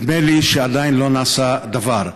נדמה לי שעדיין לא נעשה דבר.